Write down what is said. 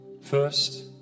first